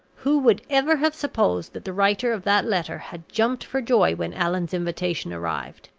who would ever have supposed that the writer of that letter had jumped for joy when allan's invitation arrived?